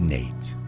Nate